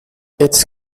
its